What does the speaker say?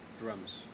Drums